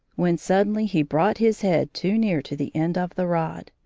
when suddenly he brought his head too near to the end of the rod,